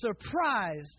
surprised